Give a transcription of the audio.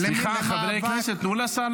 אבל ממרחק אני לא מרשה.